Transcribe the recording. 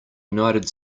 united